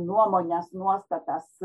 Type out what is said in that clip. nuomones nuostatas